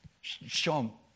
show